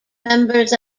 members